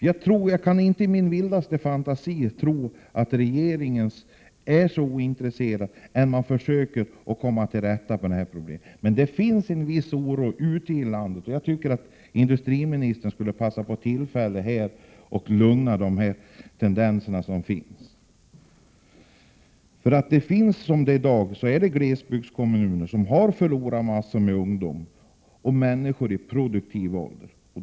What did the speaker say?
Jag kan inte i min vildaste fantasi tro att regeringen är ointresserad av att försöka komma till rätta med dessa regionala problem. Det finns en viss oro ute i landet, och jag tycker att industriministern skulle passa på tillfället här att lugna människorna. Glesbygdskommunerna har förlorat många ungdomar och människor i produktiv ålder.